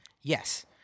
yes